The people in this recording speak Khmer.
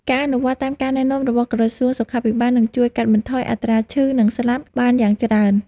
ការអនុវត្តតាមការណែនាំរបស់ក្រសួងសុខាភិបាលនឹងជួយកាត់បន្ថយអត្រាឈឺ និងស្លាប់បានយ៉ាងច្រើន។